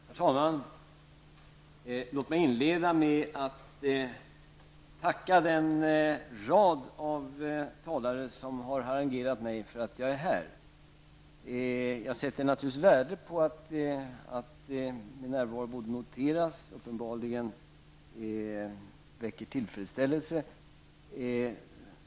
Herr talman! Låt mig inleda med att tacka den rad av talare som harangerat mig för att jag är här. Jag sätter naturligtvis värde på att min närvaro både noteras och uppenbarligen väcker tillfredsställelse.